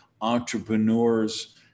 entrepreneurs